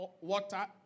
water